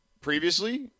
Previously